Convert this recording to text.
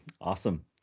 Awesome